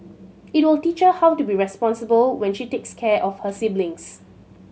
it will teach her how to be responsible when she takes care of her siblings